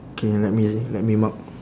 K let me let me mark